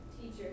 Teacher